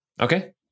Okay